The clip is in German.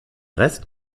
rest